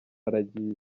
aragiye